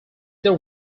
their